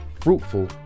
fruitful